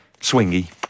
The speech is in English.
Swingy